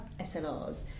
SLRs